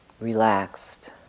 relaxed